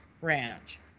ranch